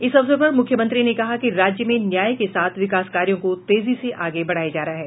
इस अवसर पर मुख्यमंत्री ने कहा कि राज्य में न्याय के साथ विकास कार्यों को तेजी से आगे बढ़ाया जा रहा है